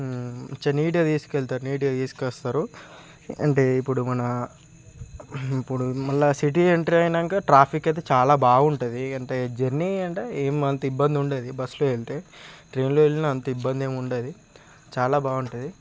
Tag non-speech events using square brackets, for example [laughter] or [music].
[unintelligible] నీటుగా తీసుకెళతారు నీటుగా తీసుకొస్తారు అంటే ఇప్పుడు మన ఇప్పుడు మళ్ళీ సిటీ ఎంట్రీ అయ్యాక ట్రాఫిక్ అయితే చాలా బాగుంటుంది అంటే జర్నీ అంటే ఏమీ అంత ఇబ్బంది ఉండదు బస్లో వెళితే ట్రైన్లో వెళ్ళిన అంతే ఇబ్బంది ఏమి ఉండదు చాలా బాగుంటుంది